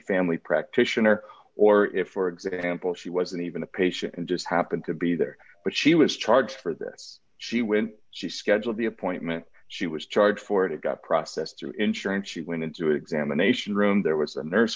family practitioner or if for example she wasn't even a patient and just happened to be there but she was charged for this she when she scheduled the appointment she was charged for it it got processed through insurance she went into examination room there was a nurse